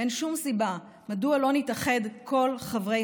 ואין שום סיבה מדוע לא נתאחד כל חברי